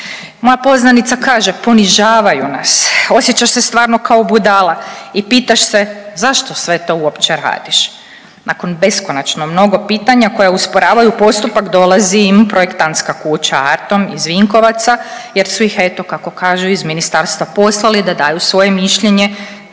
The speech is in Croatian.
Moja poznanica kaže ponižavaju nas, osjećaš se stvarno kao budala i pitaš se zašto sve to uopće radiš. Nakon beskonačno mnogo pitanja koja usporavaju postupak dolazi im Projektantska kuća Artom iz Vinkovaca jer su ih eto kako kažu iz ministarstva poslali da daju svoje mišljenje